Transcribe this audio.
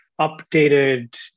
updated